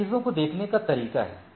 यह चीजों को देखने का तरीका है